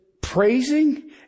praising